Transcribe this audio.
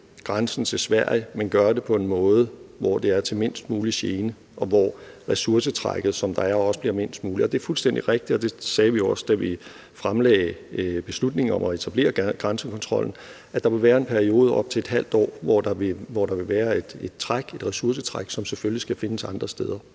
grænsen til Sverige, men at gøre det på en måde, hvor det er til mindst mulig gene, og hvor ressourcetrækket, som der er, også bliver mindst muligt. Det er også fuldstændig rigtigt – det sagde vi også, da vi fremlagde beslutningen om at etablere grænsekontrollen – at der vil være en periode på op til et halvt år, hvor der vil være et ressourcetræk, som selvfølgelig skal findes andre steder.